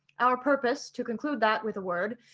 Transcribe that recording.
our purpose, to conclude that with a word,